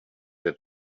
that